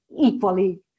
equally